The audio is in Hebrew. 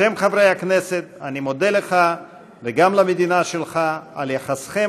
בשם חברי הכנסת אני מודה לך ולמדינתך על יחסכם